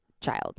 child